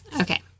okay